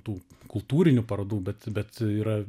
tų kultūrinių parodų bet bet yra